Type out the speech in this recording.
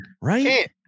Right